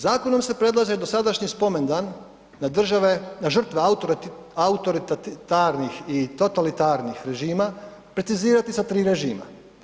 Zakonom se predlaže dosadašnji spomendan na žrtve autoritarnih i totalitarnih režima, precizirati sa tri režima.